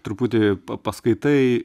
truputį paskaitai